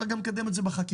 אפשר גם לקדם את זה בחקיקה.